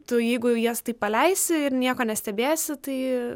tu jeigu jas taip paleisi ir nieko nestebėsi tai